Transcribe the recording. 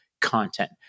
content